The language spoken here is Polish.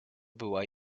była